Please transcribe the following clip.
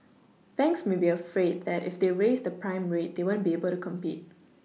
banks may be afraid that if they raise the prime rate they won't be able to compete